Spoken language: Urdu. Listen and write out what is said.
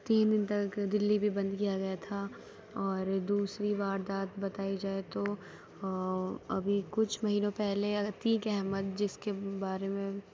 تین دِن تک دلّی بھی بند کیا گیا تھا اور دوسری واردات بتائی جائے تو ابھی کچھ مہینوں پہلے عتیق احمد جس کے بارے میں